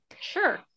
Sure